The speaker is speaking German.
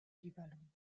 libanon